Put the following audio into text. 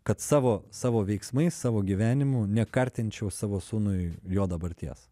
kad savo savo veiksmais savo gyvenimu nekartinčiau savo sūnui jo dabarties